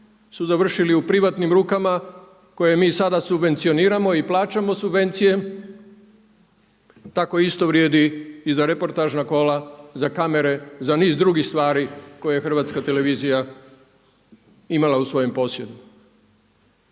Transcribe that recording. su završili u privatnim rukama koje mi sada subvencioniramo i plaćamo subvencije, tako isto vrijedi i za reportažna kola, za kamare, za niz drugih stvari koje je HRT imala u svome posjedu.